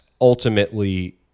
ultimately